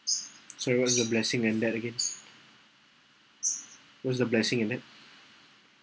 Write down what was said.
so you want the blessing and that again what's the blessing in it